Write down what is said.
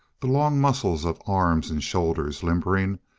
the long muscles of arms and shoulders limbering,